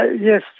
Yes